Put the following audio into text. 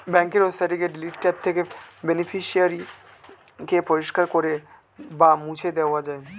ব্যাঙ্কের ওয়েবসাইটে গিয়ে ডিলিট ট্যাব থেকে বেনিফিশিয়ারি কে পরিষ্কার করে বা মুছে দেওয়া যায়